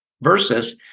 Versus